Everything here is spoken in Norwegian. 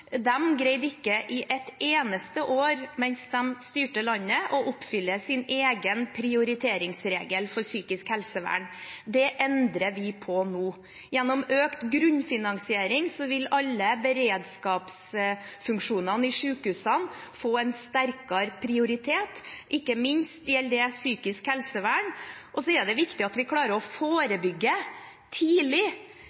eneste år mens de styrte landet, å oppfylle sin egen prioriteringsregel for psykisk helsevern. Det endrer vi på nå. Gjennom økt grunnfinansiering vil alle beredskapsfunksjonene i sykehusene få en sterkere prioritet. Ikke minst gjelder det psykisk helsevern. Det er også viktig at vi klarer å